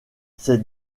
ces